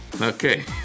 Okay